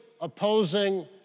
opposing